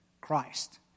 Christ